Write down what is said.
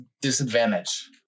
disadvantage